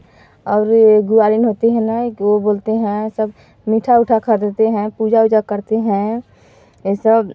और ग्वालिन होते हैं न एक वह बोलते हैं सब मीठा उठा खरदते हैं पूजा ऊजा करते हैं यह सब